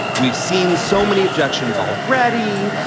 we've seen so many objections already.